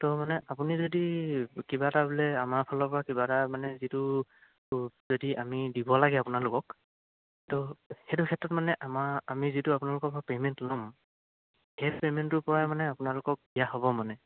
ত' মানে আপুনি যদি কিবা এটা বোলে আমাৰ ফালৰ পৰা কিবা এটা মানে যিটো যদি আমি দিব লাগে আপোনালোকক ত' সেইটোৰ ক্ষেত্ৰত মানে আমাৰ আমি যিটো আপোনালোকৰ পৰা পে'মেণ্ট ল'ম সেই পে'মেণ্টটোৰ পৰা মানে আপোনালোকক দিয়া হ'ব মানে